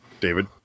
David